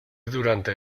durante